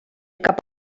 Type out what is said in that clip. cap